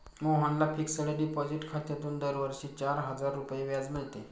मोहनला fixed deposit खात्यातून दरवर्षी चार हजार रुपये व्याज मिळते